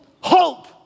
hope